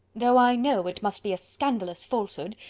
though i know it must be a scandalous falsehood,